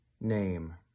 name